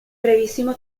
brevissimo